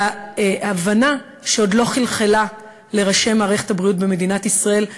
על ההבנה שעוד לא חלחלה לראשי מערכת הבריאות במדינת ישראל,